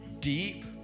deep